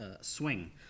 swing